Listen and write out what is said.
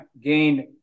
gained